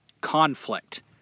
conflict